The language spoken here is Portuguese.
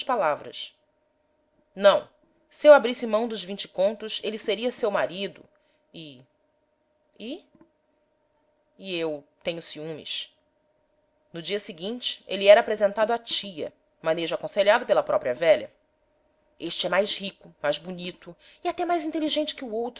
palavras não se eu abrisse mão dos vinte contos ele seria seu marido e e e eu tenho ciúmes no dia seguinte ele era apresentado à tia manejo aconselhado pela própria velha este é mais rico mais bonito e até mais inteligente que o